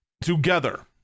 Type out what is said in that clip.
together